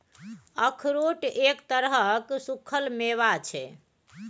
अखरोट एक तरहक सूक्खल मेवा छै